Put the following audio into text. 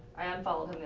i unfollowed